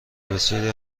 بسیاری